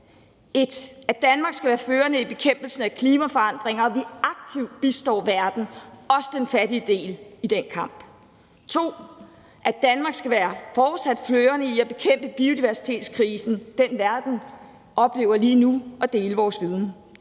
1: At Danmark skal være førende i bekæmpelsen af klimaforandringer, og at vi aktivt bistår verden, også den fattige del, i den kamp. Punkt 2: At Danmark fortsat skal være førende i at bekæmpe den biodiversitetskrise, som verden oplever lige nu, og dele vores viden.